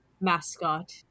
mascot